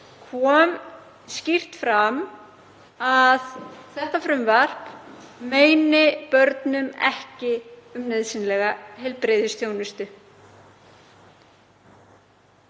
kom skýrt fram að þetta frumvarp synjar börnum ekki um nauðsynlega heilbrigðisþjónustu.